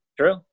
true